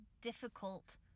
difficult